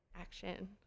Action